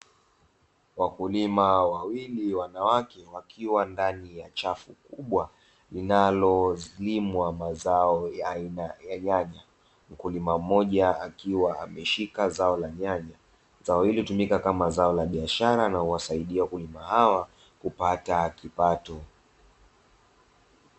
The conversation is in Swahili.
Wakulima wawili wanawake, wakiwa ndani ya chafu kubwa linalolimwa mazao ya aina ya nyanya. Mkulima mmoja akiwa ameshika zao la nyanya. Zao hili hutumika kama zao la biashara na huwasaidia wakulima hawa kupata kipato.